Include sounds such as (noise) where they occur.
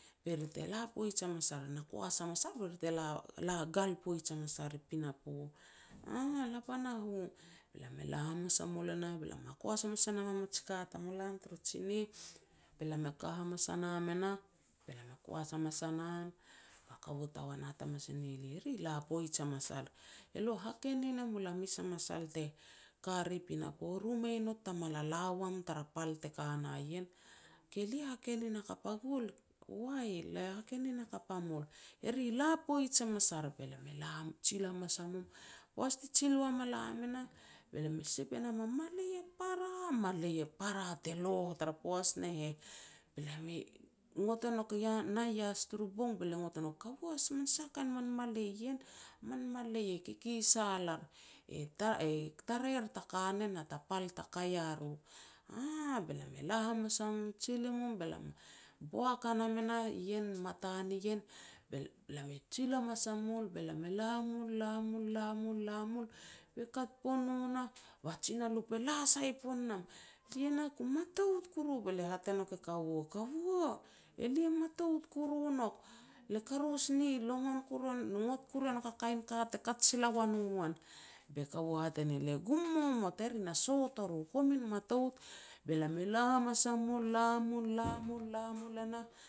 be ri te la poits hamas ar, na koas ha mas ar, be ri te te la-la (hesitation) gal poij hamas ar i pinapo, "Aah, la pana u." Be lam e la hamas a mul e nah, be lam na hakoas hamas e nam a min ka tamulam tara tsinih, be lam e ka hamas a nam e nah me lam e koas hamas a nam, ba kaua togoan e hat hamas e ne lia. "Ri la poij hamas ar. Elo e hakenin e mul a mes a masal te ka ri pinapo. Ru mei not ta mala la uam tara pal te ka na ien." Ke lia hakenin hakap a gul?" "Wai le hakenin hakap a mul. Eri la poij hamas ar." Be lam e la (unintelligible) jil hamas a mum. Poaj ti jil ua ma lam e nah, be lam me sep e nam a malei a para, a para te loh tara poaj ne heh. Be lam i (unintelligible) ngot o nouk (hesitation) e nah i ias turu bong be ngot o nouk, (unintelligible) "Kaua min sa min kain malei ien", "Man malei kikisal ar, e tare-tarei er ta kanen na ta pal ta ka ia ru." "Aah." Be lam e la hamas mum, tsil i mum be lam buak a nam e nah ien matan ien, be lam e tsil hamas a mul, be lam e la mul, la mul, la mul, la mul, be kat pon no na, ba jinalup e la sai pon nam. Lia nah ku mataut koru, be lia hat e nouk e kaua, "Kaua, elia matout koru nouk. Le karous ni longon koru (unintelligible) ngot koru e nouk a kain ka te kat sila ua no wan. Be kaua hat e ne lia, "Gum momot, eri na sot o ru, gumin matout", be lam e la hamas a mul la mul, la mul, la mul e nah,